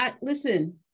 Listen